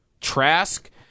Trask